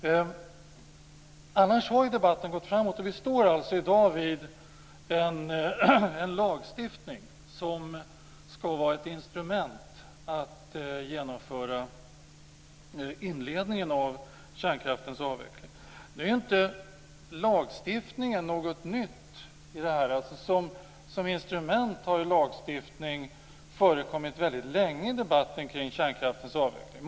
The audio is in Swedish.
Annars har ju debatten gått framåt. Vi står alltså i dag vid en lagstiftning som skall vara ett instrument för att genomföra inledningen av kärnkraftens avveckling. Nu är inte lagstiftningen något nytt i det här. Som instrument har ju lagstiftning förekommit väldigt länge i debatten kring kärnkraftens avveckling.